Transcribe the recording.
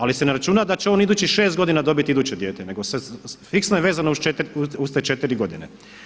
Ali se ne računa da će on idućih šest godina dobiti iduće dijete, nego je fiksno vezano uz te četiri godine.